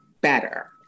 better